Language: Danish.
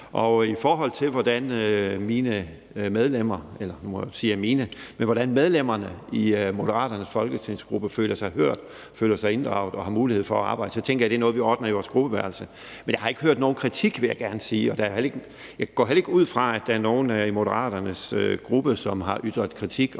I forhold til hvordan medlemmerne i Moderaternes folketingsgruppe føler sig hørt, føler sig inddraget og har mulighed for at arbejde, tænker jeg, det er noget, vi ordner i vores gruppe. Men jeg har ikke hørt nogen kritik, vil jeg gerne sige, og jeg går heller ikke ud fra, at der er nogen i Moderaternes gruppe, som har ytret kritik